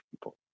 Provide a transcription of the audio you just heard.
People